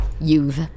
youth